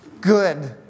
good